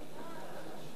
ואתם שותקים.